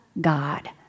God